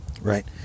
Right